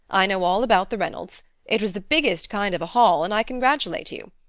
i know all about the reynolds. it was the biggest kind of a haul and i congratulate you.